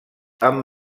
amb